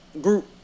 Group